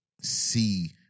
see